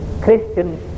Christian